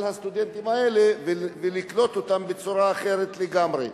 הסטודנטים האלה ולקלוט אותם בצורה אחרת לגמרי.